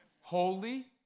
Holy